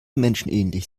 menschenähnlich